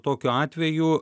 tokiu atveju